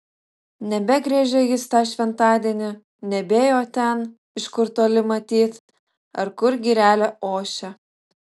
nebegriežė jis tą šventadienį nebėjo ten iš kur toli matyt ar kur girelė ošia